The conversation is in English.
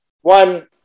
One